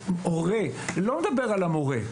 אני לא מדבר על המורה.